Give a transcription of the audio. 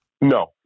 No